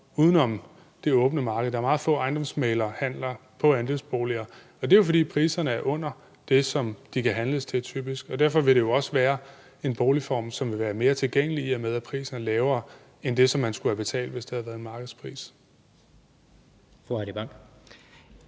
uden om det åbne marked. Der er meget få ejendomsmæglerhandler med andelsboliger, og det er jo, fordi priserne er under det, som de kan handles til typisk. Og derfor vil det jo også være en boligform, som vil være mere tilgængelig, i og med at prisen er lavere end det, som man skulle have betalt, hvis det havde været en markedspris. Kl.